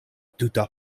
tuta